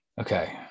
Okay